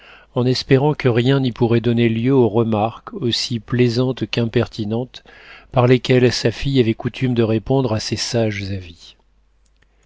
en espérant que rien n'y pourrait donner lieu aux remarques aussi plaisantes